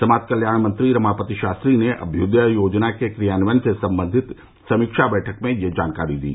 समाज कल्याण मंत्री रमापति शास्त्री ने अभ्यदय योजना के क्रियान्वयन से संबंधित समीक्षा बैठक में यह जानकारी दी